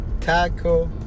taco